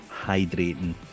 hydrating